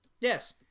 Yes